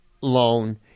loan